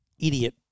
idiot